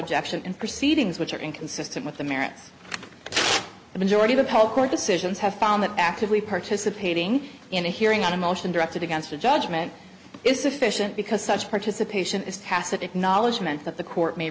objection and proceedings which are inconsistent with the merits of the majority of the poll court decisions have found that actively participating in a hearing on a motion directed against a judgment is sufficient because such participation is tacit acknowledgement that the court may